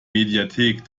mediathek